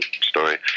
story